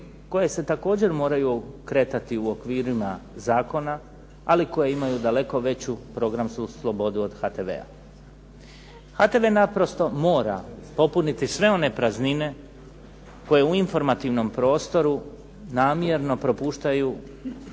koje se također moraju kretati u okvirima zakona, ali koje imaju daleko veću programsku slobodu od HTV-a. HTV naprosto mora popuniti sve one praznine koje u informativnom prostoru namjerno propuštaju